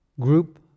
group